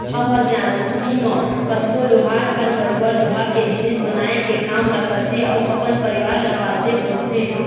हमर जानती म कतको लोहार घर बरोबर लोहा के जिनिस बनाए के काम ल करथे अउ अपन परिवार ल पालथे पोसथे